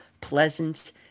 pleasant